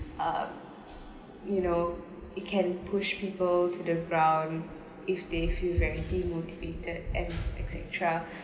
um you know it can push people to the ground if they feel very demotivated and etcetera